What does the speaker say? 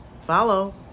follow